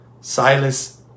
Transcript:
Silas